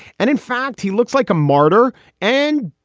and in fact, he looks like a martyr and.